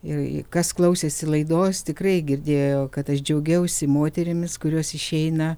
ir kas klausėsi laidos tikrai girdėjo kad aš džiaugiausi moterimis kurios išeina